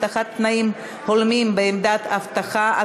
הבטחת תנאים הולמים בעמדות אבטחה),